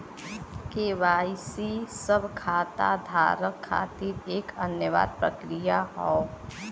KYC सब खाता धारक खातिर एक अनिवार्य प्रक्रिया हौ